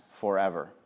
forever